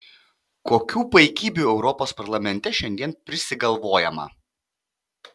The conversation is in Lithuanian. kokių paikybių europos parlamente šiandien prisigalvojama